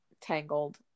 Tangled